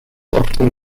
often